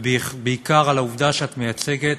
ובעיקר על העובדה שאת מייצגת